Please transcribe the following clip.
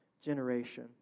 generation